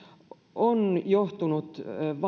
on johtunut